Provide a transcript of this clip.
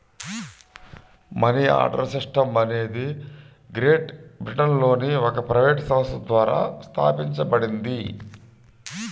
money order system అనేది great బ్రిటన్లోని ఒక ప్రైవేట్ సంస్థ ద్వారా స్థాపించబడింది